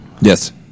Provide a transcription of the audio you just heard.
Yes